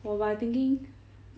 !wah! but I thinking